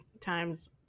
times